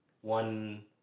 one